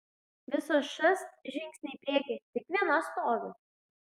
visos šast žingsnį į priekį tik viena stovi